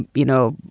you know,